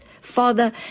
Father